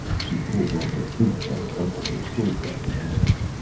she pulled on her boots and buckled her sword-belt about her.